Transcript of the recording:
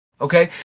Okay